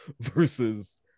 versus